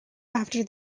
after